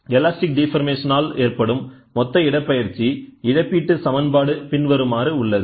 elastic deformation ஆல் ஏற்படும் மொத்த இடப்பெயர்ச்சி இழப்பீட்டு சமன்பாடு பின்வருமாறு உள்ளது